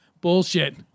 Bullshit